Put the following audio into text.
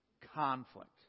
conflict